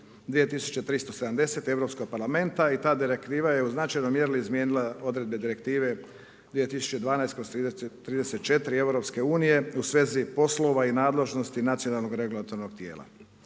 2016/2370 Europskog parlamenta i ta direktiva je u značajnoj mjeri izmijenila odredbe Direktive 2012/34 EU-a, u svezi poslova i nadležnosti nacionalnog regulatornog tijela.